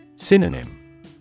Synonym